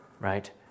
right